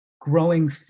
growing